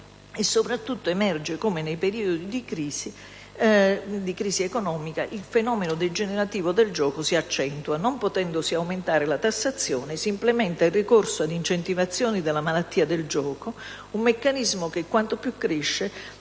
Soprattutto emerge come nei periodi di crisi economica il fenomeno degenerativo del gioco si accentui: non potendosi aumentare la tassazione, si implementa il ricorso ad incentivazioni della "malattia del gioco", un meccanismo che, quanto più cresce,